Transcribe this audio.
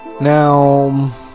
Now